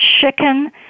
chicken